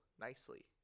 nicely